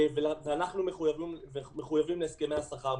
ואנחנו מחויבים להסכמי השכר.